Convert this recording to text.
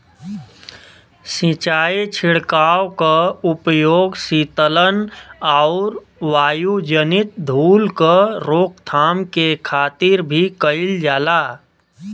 सिंचाई छिड़काव क उपयोग सीतलन आउर वायुजनित धूल क रोकथाम के खातिर भी कइल जाला